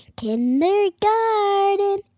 kindergarten